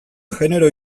genero